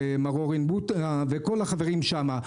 של מר אורן בוטא וכל החברים שם.